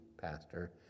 Pastor